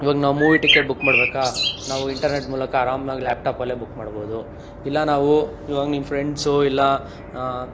ಇವಾಗ ನಾವು movie ticket book ಮಾಡಬೇಕಾ ನಾವು ಇಂಟರ್ನೆಟ್ ಮೂಲಕ ಆರಾಮ್ನಾಗ ಲ್ಯಾಪ್ಟಾಪಲ್ಲೆ ಬುಕ್ ಮಾಡ್ಬೋದು ಇಲ್ಲ ನಾವು ಇವಾಗ ನಿಮ್ಮ ಫ್ರೆಂಡ್ಸು ಇಲ್ಲ